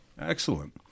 Excellent